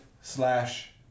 slash